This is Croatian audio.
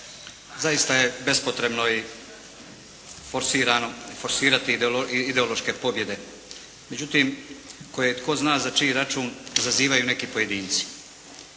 Zaista je bespotrebno i forsirano forsirati ideološke pobjede, međutim tko je tko zna čiji račun izazivaju neki pojedinci.